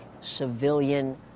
civilian